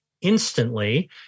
instantly